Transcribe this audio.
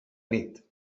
nit